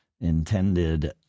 intended